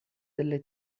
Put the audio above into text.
delle